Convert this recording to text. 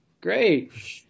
great